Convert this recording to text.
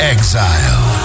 Exile